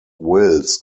wills